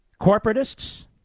corporatists